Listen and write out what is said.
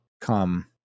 come